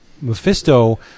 Mephisto